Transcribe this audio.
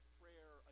prayer